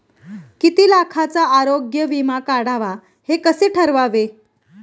किती लाखाचा आरोग्य विमा काढावा हे कसे ठरवावे?